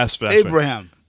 Abraham